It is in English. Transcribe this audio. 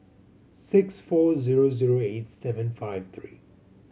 six four zero zero eight seven five three